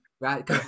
right